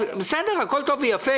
הכול טוב ויפה.